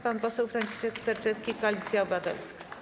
Pan poseł Franciszek Sterczewski, Koalicja Obywatelska.